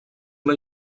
una